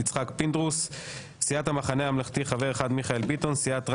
יצחק פינדרוס; סיעת המחנה הממלכתי חבר אחד מיכאל ביטון; סיעת רע"מ,